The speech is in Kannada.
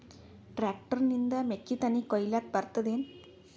ಟ್ಟ್ರ್ಯಾಕ್ಟರ್ ನಿಂದ ಮೆಕ್ಕಿತೆನಿ ಕೊಯ್ಯಲಿಕ್ ಬರತದೆನ?